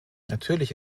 natürlich